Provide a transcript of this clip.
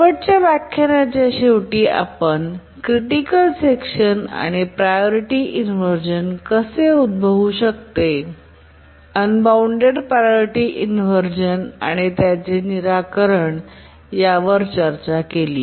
शेवटच्या व्याख्यानाच्या शेवटी आपण क्रिटिकल सेक्शन आणि प्रायॉरीटी इनव्हर्जन कसे उद्भवू शकते अनबॉऊण्डेड प्रायॉरीटी इनव्हर्जन आणि त्याचे निराकरण यावर चर्चा केली